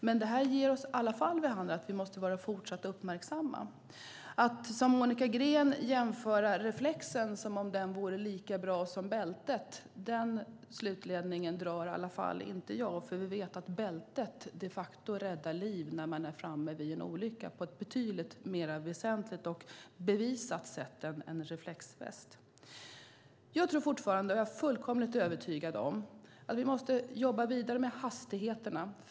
Det innebär dock att vi måste fortsätta att vara uppmärksamma. Monica Green jämför och säger att reflexen skulle vara lika bra som bältet, men jag drar inte samma slutledning. Vi vet att bältet räddar liv vid en olycka på betydligt mer väsentligt och bevisat sätt än en reflexväst. Jag är fortfarande fullkomligt övertygad om att vi måste jobba vidare med hastigheterna.